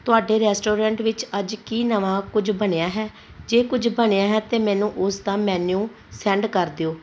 ਤੁਹਾਡੇ ਰੈਸਟੋਰੈਂਟ ਵਿੱਚ ਅੱਜ ਕੀ ਨਵਾਂ ਕੁਝ ਬਣਿਆ ਹੈ ਜੇ ਕੁਝ ਬਣਿਆ ਹੈ ਤਾਂ ਮੈਨੂੰ ਉਸ ਦਾ ਮੈਨਿਊ ਸੈਂਡ ਕਰ ਦਿਓ